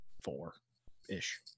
four-ish